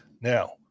Now